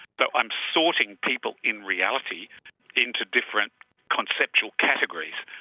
but i'm sorting people in reality into different conceptual categories.